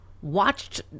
watched